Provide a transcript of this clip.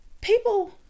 people